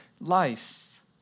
life